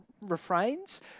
refrains